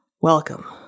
Welcome